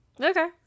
okay